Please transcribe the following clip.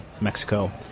mexico